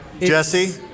jesse